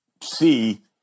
see